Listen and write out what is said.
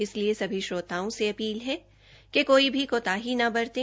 इसलिए सभी श्रोताओं से अपील है कि कोई भी कोताही न बरतें